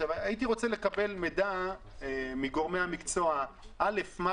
אני מבקש לקבל מידע מגורמי המידע: מה